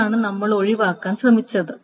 അതാണ് നമ്മൾ ഒഴിവാക്കാൻ ശ്രമിച്ചത്